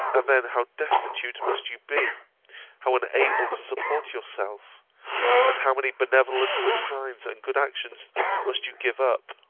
and then how destitute must you be how unable to support yourself and how many benevolent designs and good actions must you give up!